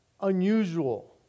unusual